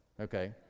okay